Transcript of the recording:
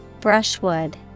Brushwood